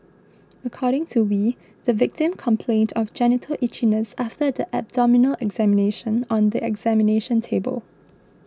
according to Wee the victim complained of genital itchiness after the abdominal examination on the examination table